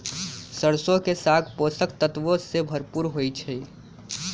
सरसों के साग पोषक तत्वों से भरपूर होई छई